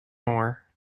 more